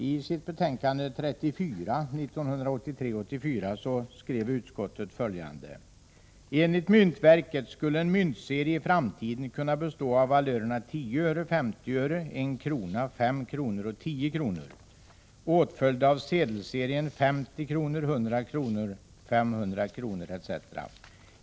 I sitt betänkande 1983/84:34 skriver finansutskottet följande: ”Enligt myntverket skulle en myntserie i framtiden kunna bestå av valörerna 10 öre, 50 öre, 1 krona, 5 kronor och 10 kronor, åtföljda av sedelserien 50 kronor, 100 kronor, 500 kronor etc.